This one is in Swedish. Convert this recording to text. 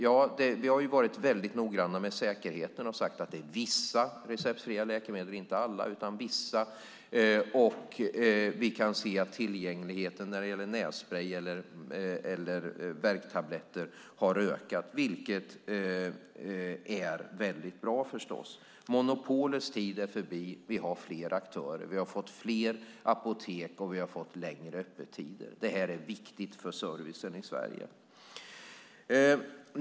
Ja, vi har varit mycket noggranna med säkerheten och sagt att det gäller vissa receptfria läkemedel - inte alla. Vi kan se att tillgängligheten har ökat när det gäller nässprej och värktabletter, vilket förstås är väldigt bra. Monopolets tid är förbi. Vi har fler aktörer. Vi har fått fler apotek, och vi har fått längre öppettider. Det är viktigt för servicen i Sverige.